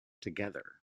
together